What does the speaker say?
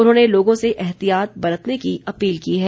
उन्होंने लोगों से एहतियात बरतने की अपील की है